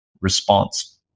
response